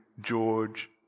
George